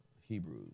Hebrews